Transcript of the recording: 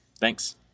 Thanks